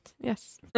Yes